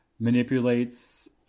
Manipulates